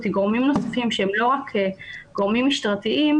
גורמים נוספים שהם לא רק גורמים משטרתיים,